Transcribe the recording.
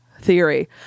theory